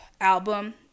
album